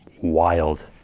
wild